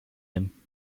him